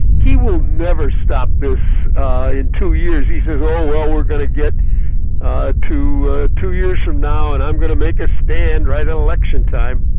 he will never stop this in two years, he says, oh, well, we're going to get to two years from now and i'm going to make a stand right at election time.